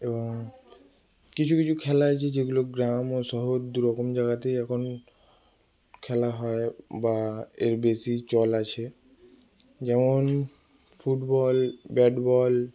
এবং কিছু কিছু খেলা আছে যেগুলো গ্রাম ও শহর দুরকম জায়গাতেই এখন খেলা হয় বা এর বেশি চল আছে যেমন ফুটবল ব্যাট বল